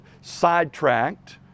sidetracked